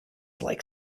like